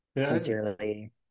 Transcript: Sincerely